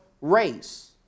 race